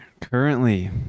currently